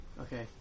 okay